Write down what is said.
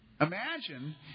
Imagine